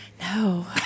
No